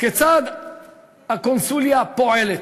כיצד הקונסוליה פועלת.